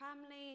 family